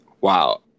Wow